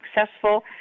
successful